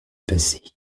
passé